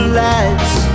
lights